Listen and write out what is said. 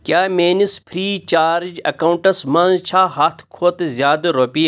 کیٛاہ میٲنِس free charge اکاونٹَس منٛز چھا ہَتھ کھۄتہٕ زِیٛادٕ رۄپیہِ